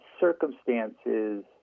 circumstances